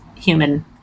human